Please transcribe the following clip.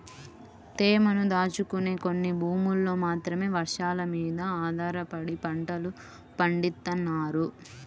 తేమను దాచుకునే కొన్ని భూముల్లో మాత్రమే వర్షాలమీద ఆధారపడి పంటలు పండిత్తన్నారు